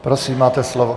Prosím, máte slovo.